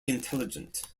intelligent